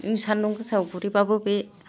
नों सानदुं गोसायाव गुरैबाबो बे